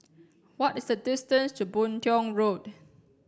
what is the distance to Boon Tiong Road